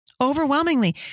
Overwhelmingly